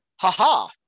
ha-ha